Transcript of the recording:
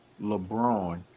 LeBron